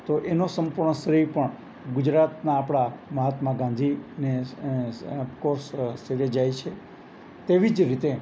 તો એનો સંપૂર્ણ શ્રેય પણ ગુજરાતના આપણા મહાત્મા ગાંધીને અફકોર્સ શીરે જાય છે તેવી જ રીતે